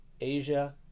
Asia